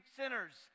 sinners